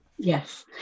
Yes